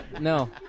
No